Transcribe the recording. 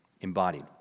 embodied